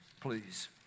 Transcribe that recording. please